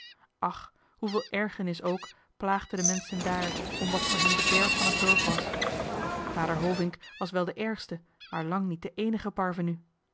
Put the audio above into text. ach hoeveel ergernis ook plaagde de menschen daar om wat voor hen bederf van t dorp was vader hovink was wel de ergste maar lang niet de eenige parvenu en